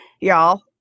y'all